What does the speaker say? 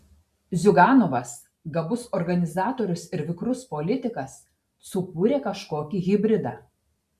ziuganovas gabus organizatorius ir vikrus politikas sukūrė kažkokį hibridą